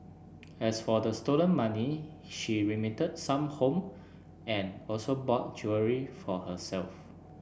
as for the stolen money she remitted some home and also bought jewellery for herself